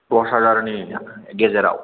दस हाजारनि गेजेराव